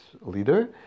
leader